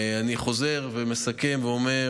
אני חוזר ומסכם ואומר